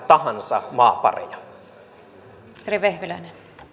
tahansa maan pareja